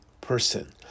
person